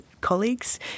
colleagues